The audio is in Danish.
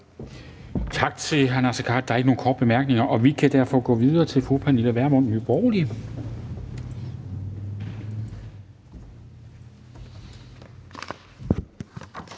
Tak til hr. Naser Khader. Der er ikke nogen korte bemærkninger, og vi kan derfor gå videre til fru Pernille Vermund, Nye Borgerlige.